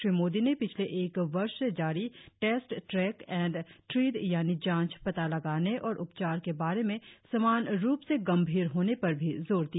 श्री मोदी ने पिछले एक वर्ष से जारी टेस्ट ट्रैक एंड ट्रीट यानि जांच पता लगाने और उपचार के बारे में समान रूप से गंभीर होने पर भी जोर दिया